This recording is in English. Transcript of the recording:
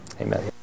Amen